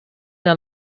der